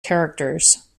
characters